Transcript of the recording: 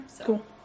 cool